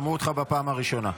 שמעו אותך בפעם הראשונה.